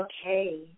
Okay